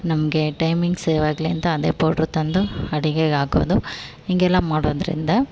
ನಮಗೆ timing save ಆಗಲಿ ಅಂತ ಅದೇ ಪೌಡ್ರು ತಂದು ಅಡುಗೆಗೆ ಹಾಕೋದು ಹೀಗೆಲ್ಲ ಮಾಡೋದರಿಂದ